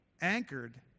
anchored